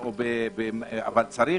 שאלתי: צריך